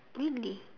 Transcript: really